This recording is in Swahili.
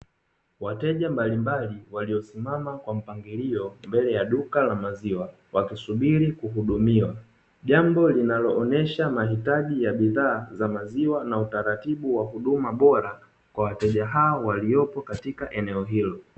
Wateja mbalimbali waliosimama kwa mpangilio mbele ya duka la maziwa wakisubiri kuhudumiwa. Jambo linaloonyesha mahitaji ya bidhaa za maziwa na utaratibu wa huduma bora kwa wateja hao waliopo katika eneo hilo.